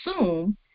assume